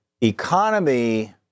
economy